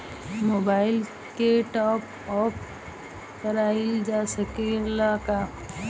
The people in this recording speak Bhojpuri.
मोबाइल के टाप आप कराइल जा सकेला का?